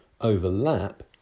overlap